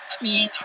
mm